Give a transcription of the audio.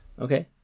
Okay